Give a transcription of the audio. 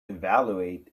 evaluate